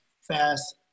fast